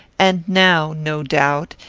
and now, no doubt,